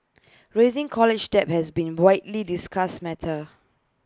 rising college debt has been widely discussed matter